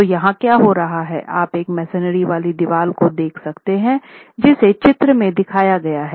तो यहाँ क्या हो रहा है आप एक मेसनरी वाली दीवार को देख सकते हैं जिसे चित्र में दिखाया गया है